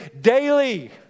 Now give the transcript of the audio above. daily